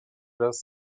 raz